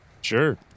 Sure